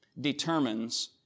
determines